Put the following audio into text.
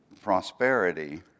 prosperity